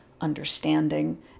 understanding